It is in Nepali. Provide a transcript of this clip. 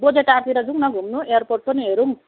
बोझेटारतिर जाउँ न घुम्नु एयरपोर्ट पनि हेरौँ